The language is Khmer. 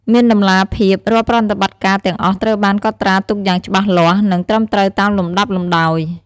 មានតម្លាភាព រាល់ប្រតិបត្តិការទាំងអស់ត្រូវបាន កត់ត្រាទុកយ៉ាងច្បាស់លាស់ និង ត្រឹមត្រូវតាមលំដាប់លំដោយ ។